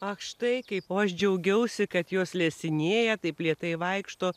ak štai kaip o aš džiaugiausi kad jos lesinėja taip lėtai vaikšto